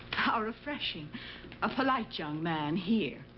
how refreshing a polite young man here.